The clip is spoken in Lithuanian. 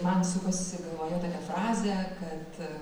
man sukasisi galvoje tokia frazė kad